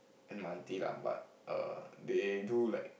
and my aunty lah but err they do like